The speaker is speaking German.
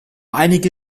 einige